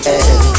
end